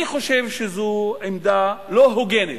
אני חושב שזו עמדה לא הוגנת.